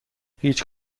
هیچ